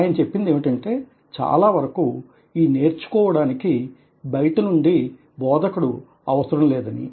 ఆయన చెప్పేదేమిటంటే చాలా వరకు ఊ నేర్చుకోవడానికి బయటనుండి బోధకుడు అవసరం లేదని